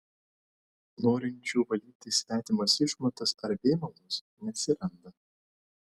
norinčių valyti svetimas išmatas ar vėmalus neatsiranda